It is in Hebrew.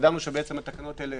ידענו שהתקנות האלה